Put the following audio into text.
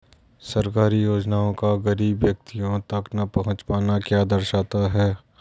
सरकारी योजनाओं का गरीब व्यक्तियों तक न पहुँच पाना क्या दर्शाता है?